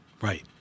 Right